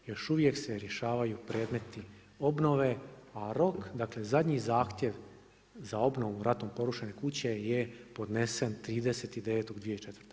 Još uvijek se rješavaju predmeti obnove, a rok, dakle zadnji zahtjev za obnovu ratom porušene kuće je podnesen 30.9.2004.